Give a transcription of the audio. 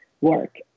work